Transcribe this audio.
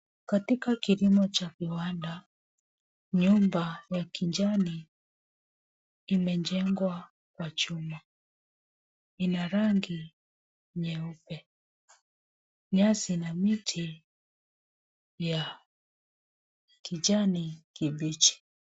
Katika kilimo cha viwanda, nyumba ya kijani imejengwa kwa chuma. Ina rangi nyeupe. Nyasi na miti ni ya kijani kibichi.